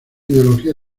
ideología